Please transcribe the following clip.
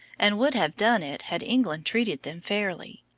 and would have done it had england treated them fairly.